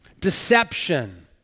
Deception